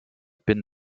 bin